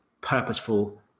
purposeful